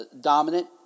dominant